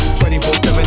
24-7